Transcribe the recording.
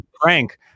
Frank